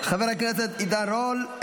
חבר הכנסת עידן רול,